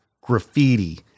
graffiti